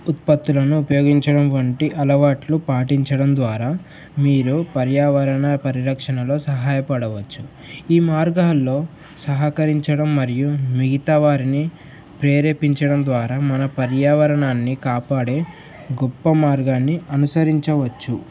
ఉత్పత్తులను ఉపయోగించడం వంటి అలవాట్లు పాటించడం ద్వారా మీరు పర్యావరణ పరిరక్షణలో సహాయపడవచ్చు ఈ మార్గాల్లో సహకరించడం మరియు మిగతా వారిని ప్రేరేపించడం ద్వారా మన పర్యావరణాన్ని కాపాడే గొప్ప మార్గాన్ని అనుసరించవచ్చు